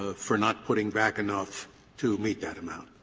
ah for not putting back enough to meet that amount?